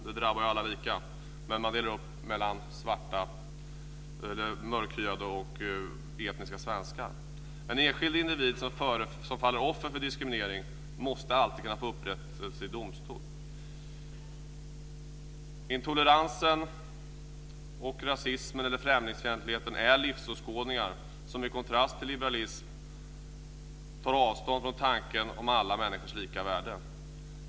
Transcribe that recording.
Det drabbar alla lika. Men man delar också upp mellan mörkhyade och etniska svenskar. En enskild individ som faller offer för diskriminering måste alltid kunna få upprättelse i domstol. Intoleransen och rasismen eller främlingsfientligheten är livsåskådningar som i kontrast till liberalismen tar avstånd från tanken om alla människors lika värde.